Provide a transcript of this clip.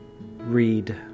read